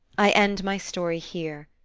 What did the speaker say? i end my story here.